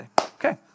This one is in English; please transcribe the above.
Okay